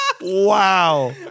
Wow